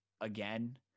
again